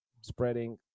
spreading